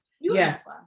Yes